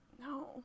No